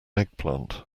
eggplant